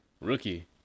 Rookie